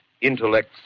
intellects